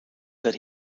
that